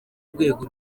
rwego